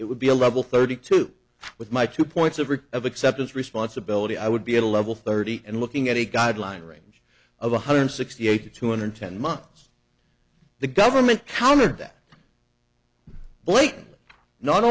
it would be a level thirty two with my two points of rigor of acceptance responsibility i would be at a level thirty and looking at a guideline range of one hundred sixty eight to two hundred ten months the government countered that blake not